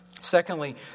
Secondly